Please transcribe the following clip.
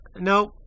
Nope